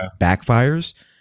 backfires